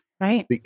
right